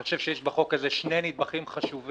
אני חושב שיש בחוק הזה שני נדבכים חשובים.